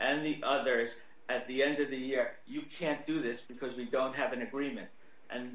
and the others at the end of the year you can't do this because we don't have an agreement and